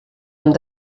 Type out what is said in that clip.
amb